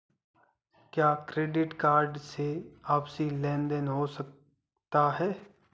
क्या credit card से आपसी लेनदेन हो सकता है?